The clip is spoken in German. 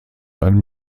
ein